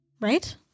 Right